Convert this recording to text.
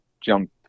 jump